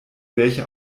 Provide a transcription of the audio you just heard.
welche